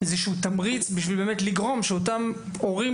איזשהו תמריץ בשביל לגרום שאותם הורים